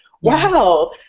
Wow